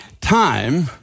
time